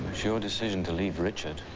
your decision to leave richard.